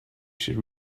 should